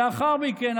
לאחר מכן,